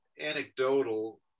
anecdotal